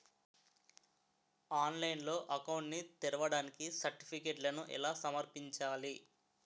ఆన్లైన్లో అకౌంట్ ని తెరవడానికి సర్టిఫికెట్లను ఎలా సమర్పించాలి?